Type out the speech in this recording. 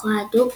פיקוחו ההדוק,